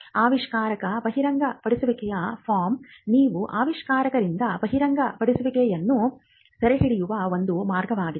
ಆವಿಷ್ಕಾರ ಬಹಿರಂಗಪಡಿಸುವಿಕೆಯ ಫಾರ್ಮ್ ನೀವು ಆವಿಷ್ಕಾರಕರಿಂದ ಬಹಿರಂಗಪಡಿಸುವಿಕೆಯನ್ನು ಸೆರೆಹಿಡಿಯುವ ಒಂದು ಮಾರ್ಗವಾಗಿದೆ